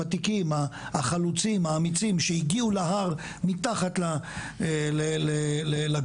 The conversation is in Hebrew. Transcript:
החלוצים האמיצים שהגיעו להר מתחת לגבול,